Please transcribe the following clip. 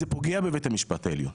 זה פוגע בבית המשפט העליון.